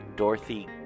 Dorothy